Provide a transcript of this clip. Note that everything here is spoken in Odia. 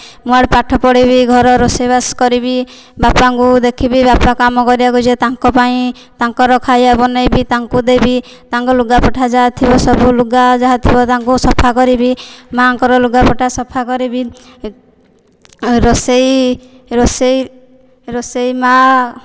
ମୁଁ ଏଆଡ଼େ ପାଠ ପଢ଼ିବି ଘର ରୋଷେଇ ବାସ କରିବି ବାପାଙ୍କୁ ଦେଖିବି ବାପା କାମ କରିବାକୁ ଯିବେ ତାଙ୍କ ପାଇଁ ତାଙ୍କର ଖାଇବା ବନେଇବି ତାଙ୍କୁ ଦେବି ତାଙ୍କ ଲୁଗା ପଟା ଯାହା ଥିବ ସବୁ ଲୁଗା ଯାହା ଥିବ ତାଙ୍କୁ ସଫା କରିବି ମାଆଙ୍କର ଲୁଗାପଟା ସଫା କରିବି ରୋଷେଇ ରୋଷେଇ ରୋଷେଇ ମାଆ